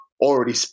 already